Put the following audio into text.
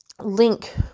link